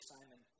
Simon